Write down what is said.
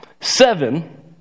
Seven